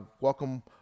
Welcome